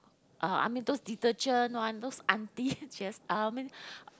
uh I mean those detergent one those aunty just I mean